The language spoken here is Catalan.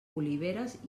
oliveres